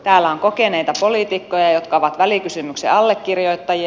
täällä on kokeneita poliitikkoja jotka ovat välikysymyksen allekirjoittajia